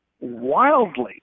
wildly